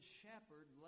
shepherd